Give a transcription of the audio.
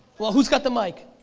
well whose got the mic?